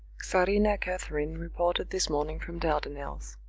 czarina catherine reported this morning from dardanelles.